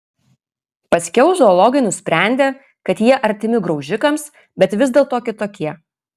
paskiau zoologai nusprendė kad jie artimi graužikams bet vis dėlto kitokie